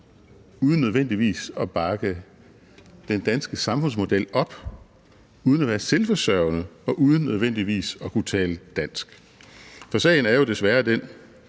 uden nødvendigvis at bakke den danske samfundsmodel op, uden at være selvforsørgende og uden nødvendigvis at kunne tale dansk. Sagen er jo desværre den,